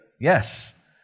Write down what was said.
Yes